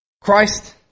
Christ